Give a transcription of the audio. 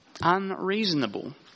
unreasonable